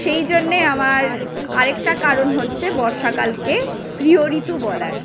সেই জন্যে আমার আরেকটা কারণ হচ্ছে বর্ষাকালকে প্রিয় ঋতু বলার